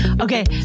Okay